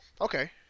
Okay